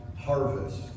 harvest